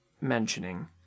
mentioning